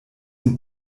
und